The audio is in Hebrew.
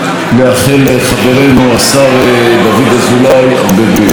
לאחל לחברנו השר דוד אזולאי הרבה בריאות.